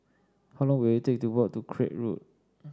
how long will it take to walk to Craig Road